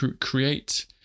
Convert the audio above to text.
create